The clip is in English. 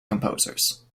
composers